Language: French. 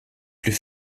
plus